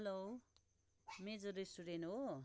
hello मेजो restaurant हो